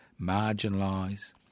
marginalise